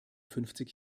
fünfzig